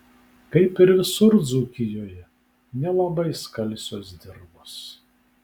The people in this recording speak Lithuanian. kaip ir visur dzūkijoje nelabai skalsios dirvos